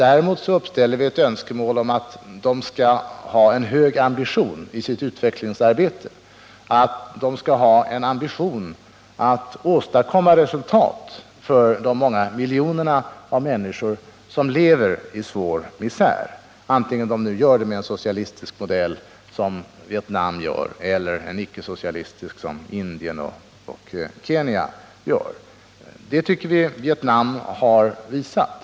Däremot uppställer vi ett önskemål om att de skall ha en hög ambition i sitt utvecklingsarbete, att de skall ha en ambition att åstadkomma resultat för de många miljoner människor som lever i svår misär, vare sig de gör det med en socialistisk modell som Vietnam eller med en icke-socialistisk som Indien och Kenya. Det önskemålet tycker vi Vietnam har uppfyllt.